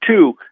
two